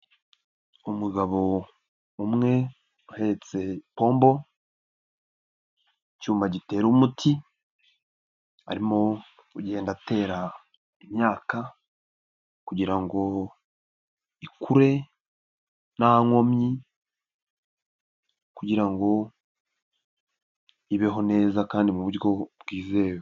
Umugabo umwe uhetse pombo, icyuma gitera umuti, arimo kugenda atera imyaka kugira ngo ikure nta nkomyi kugira ngo ibeho neza kandi mu buryo bwizewe.